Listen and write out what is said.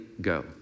go